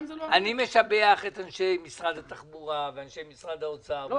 אני משבח את אנשי משרד התחבורה ואנשי משרד האוצר ואנשי משרד המשפטים.